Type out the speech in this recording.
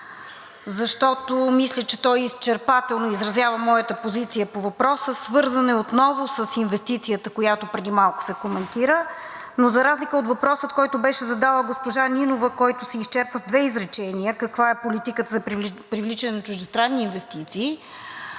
защото мисля, че той изчерпателно изразява моята позиция по въпроса. Свързан е отново с инвестицията, която преди малко се коментира, но за разлика от въпроса, който беше задала госпожа Нинова, който се изчерпва с две изречения – каква е политиката за привличане на чуждестранни инвестиции,